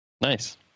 nice